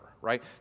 right